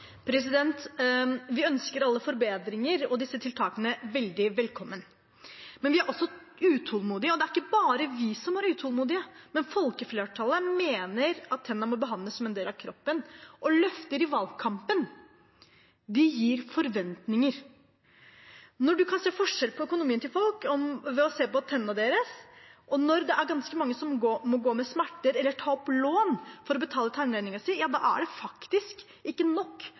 Vi ønsker alle forbedringer og disse tiltakene veldig velkommen. Men vi er også utålmodige, og det er ikke bare vi som er utålmodige. Folkeflertallet mener at tennene må behandles som en del av kroppen, og løfter som er gitt i valgkampen, skaper forventninger. Når man kan se forskjeller i folks økonomi ved å se på tennene deres, og når det er ganske mange som må gå med smerter eller som må ta opp lån for å betale tannlegeregningen sin, er det ikke nok